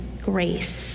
grace